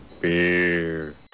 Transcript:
Beer